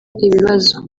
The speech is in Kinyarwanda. ibibazo